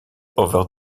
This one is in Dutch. over